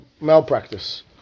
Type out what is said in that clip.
malpractice